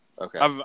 Okay